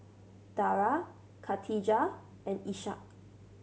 Dara Katijah and Ishak